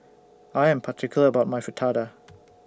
I Am particular about My Fritada